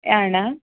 Yana